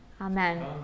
Amen